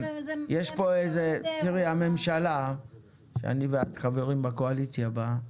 תראי, הממשלה שאני ואת חברים בקואליציה בה,